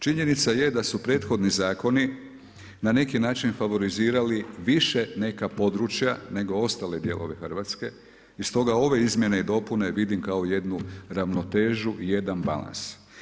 Činjenica je da su prethodni zakoni na neki način favorizirali više neka područja nego ostale dijelove Hrvatske i stoga ove izmjene i dopune vidim kao jednu ravnotežu, jedan balans.